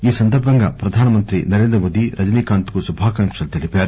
ఈ సందర్బంగా ప్రధానమంత్రి నరేంద్రమోదీ రజనీకాంత్ కు శుభాకాంక్ష లు తెలిపారు